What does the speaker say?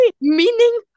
Meaning